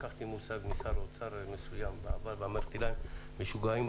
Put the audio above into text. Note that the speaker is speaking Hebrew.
לקחתי מושג משר אוצר לשעבר ואמרתי להם: משוגעים,